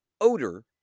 odor